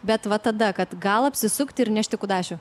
bet va tada kad gal apsisukti ir nešti kudašių